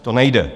To nejde.